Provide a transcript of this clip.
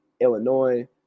Illinois